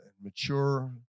mature